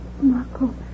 Marco